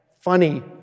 funny